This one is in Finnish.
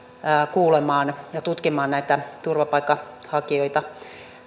kuulemaan ja tutkimaan näitä turvapaikanhakijoita